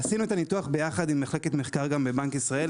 עשינו את הניתוח ביחד עם מחלקת מחקר בבנק ישראל,